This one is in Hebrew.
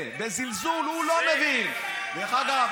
רק הוא